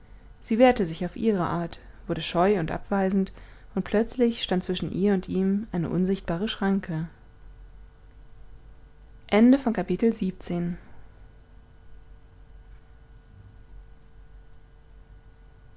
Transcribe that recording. sie wehrte sich auf ihre art wurde scheu und abweisend und plötzlich stand zwischen ihr und ihm eine unsichtbare schranke